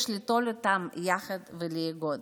יש ליטול אותם יחד ולאגוד.